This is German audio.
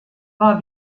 war